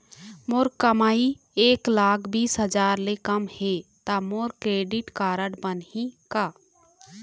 मोर कमाई एक लाख बीस हजार ले कम हे त मोर क्रेडिट कारड बनही का?